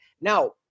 Now